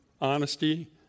honesty